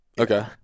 okay